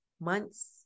months